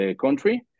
country